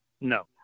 no